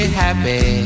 happy